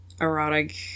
erotic